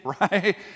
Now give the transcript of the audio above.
right